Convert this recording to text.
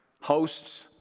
Hosts